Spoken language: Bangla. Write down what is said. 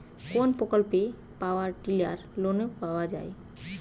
কোন প্রকল্পে পাওয়ার টিলার লোনে পাওয়া য়ায়?